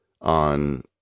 on